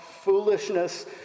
foolishness